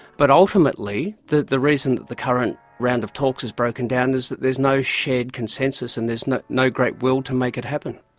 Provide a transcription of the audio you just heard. but ultimately the the reason that the current round of talks has broken down is that there is no shared consensus and no no great will to make it happen.